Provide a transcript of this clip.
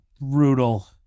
brutal